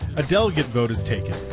a delegate vote is taken.